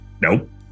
Nope